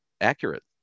accurate